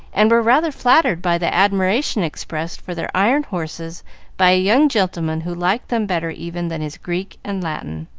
and were rather flattered by the admiration expressed for their iron horses by a young gentleman who liked them better even than his greek and latin.